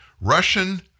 Russian